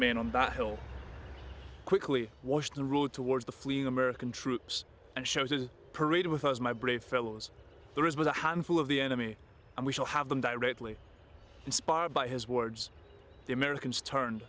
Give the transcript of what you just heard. men on that hill quickly washed the route towards the fleeing american troops and shows the parade with us my brave fellows there has been a handful of the enemy and we shall have them directly inspired by his words the americans turn